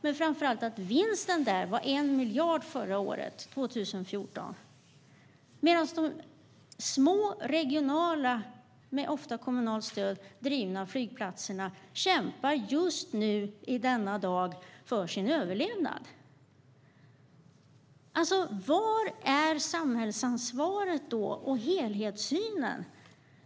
Men framför allt var vinsten där 1 miljard förra året, 2014, medan de små, regionala flygplatserna, ofta drivna med kommunalt stöd, just nu kämpar för sin överlevnad. Var är samhällsansvaret och helhetssynen?